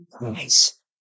Nice